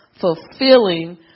fulfilling